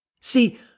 See